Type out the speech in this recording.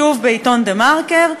שוב בעיתון "דה-מרקר",